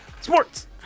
Sports